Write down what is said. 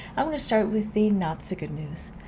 i'm going to start with the not so good news.